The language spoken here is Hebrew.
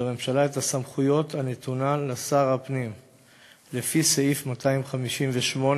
לממשלה את הסמכות הנתונה לשר הפנים לפי סעיף 258